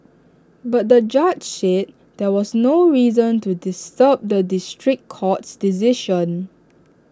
but the judge said there was no reason to disturb the district court's decision